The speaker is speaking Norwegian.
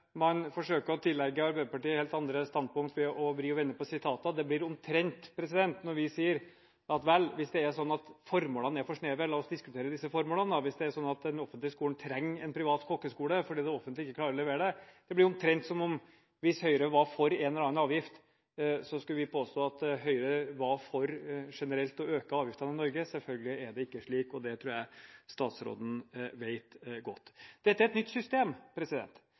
man forsøker å tillegge Arbeiderpartiet helt andre standpunkter ved å vri og vende på sitater. Når vi sier: Vel, hvis det er sånn at formålene er for snevre, la oss diskutere disse formålene, hvis det er sånn at den offentlige skolen trenger en privat kokkeskole fordi det offentlige ikke klarer å levere det. Det blir omtrent som at hvis Høyre var for en eller annen avgift, skulle vi påstå at Høyre var for å øke avgiftene generelt i Norge. Selvfølgelig er det ikke slik, og det tror jeg statsråden vet godt. Dette er et nytt system.